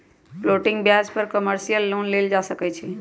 floating ब्याज पर commercial loan लेल जा सकलई ह